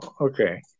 Okay